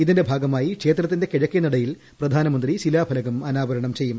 ഇതിന്റെ ഭാഗമായി ക്ഷേത്രത്തിന്റെ കിഴക്കേനടയിൽ പ്രധാനമന്ത്രി ശിലാഫലകം അനാവരണം ചെയ്യും